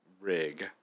rig